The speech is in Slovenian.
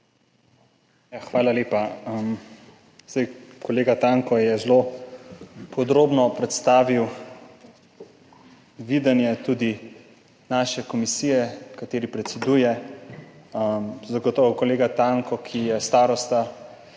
Hvala lepa. Kolega Tanko je zelo podrobno predstavil videnje tudi naše komisije, ki ji predseduje. Zagotovo kolega Tanko, ki je starosta